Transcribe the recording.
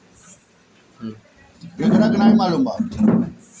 इ तेल के हरदम लगवला से कवनो इन्फेक्शन ना होला